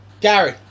Gary